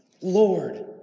Lord